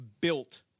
built